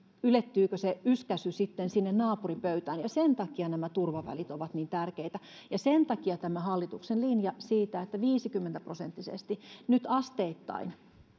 ylettyykö se yskäisy sitten sinne naapuripöytään sen takia nämä turvavälit ovat niin tärkeitä ja sen takia tämä hallituksen linja siitä että viisikymmentä prosenttisesti nyt asteittain